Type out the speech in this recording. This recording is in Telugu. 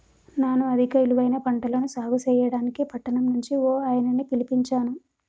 నాను అధిక ఇలువైన పంటలను సాగు సెయ్యడానికి పట్టణం నుంచి ఓ ఆయనని పిలిపించాను